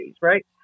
right